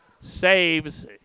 saves